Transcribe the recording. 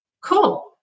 cool